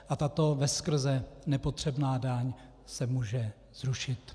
A tato veskrze nepotřebná daň se může zrušit.